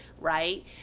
right